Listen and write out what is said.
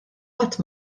ħadd